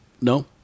No